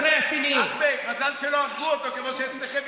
אחמד, מזל שלא הרגו אותו, כמו שאצלכם.